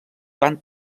van